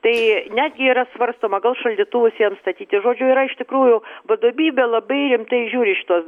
tai netgi yra svarstoma gal šaldytuvus jiems statyti žodžiu yra iš tikrųjų vadovybė labai rimtai žiūri į šituos